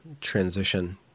transition